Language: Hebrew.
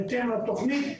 בהתאם לתוכנית,